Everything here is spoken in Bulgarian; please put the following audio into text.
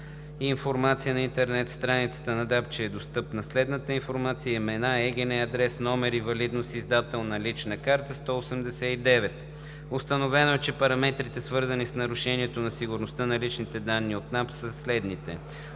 информация на интернет страницата на НАП, че е достъпна следната информация: имена, ЕГН, адрес, номер, валидност и издател на валидна лична карта – 189. Установено е, че параметрите, свързани с нарушение на сигурността на личните данни от НАП, са следните: